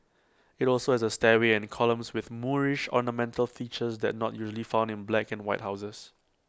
IT also has A stairway and columns with Moorish ornamental features that not usually found in black and white houses